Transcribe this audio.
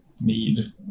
need